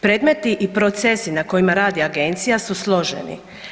Predmeti i procesi na kojima radi agencija su složeni.